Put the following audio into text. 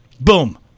Boom